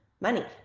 money